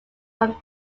from